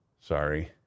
Sorry